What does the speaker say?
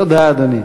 תודה, אדוני.